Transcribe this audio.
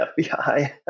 FBI